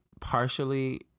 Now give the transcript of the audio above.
partially